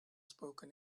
spoken